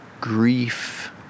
grief